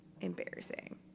Embarrassing